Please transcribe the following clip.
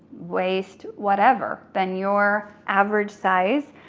waist, whatever than your average size,